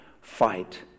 fight